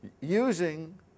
using